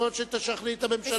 יכול להיות שתשכנעי את הממשלה,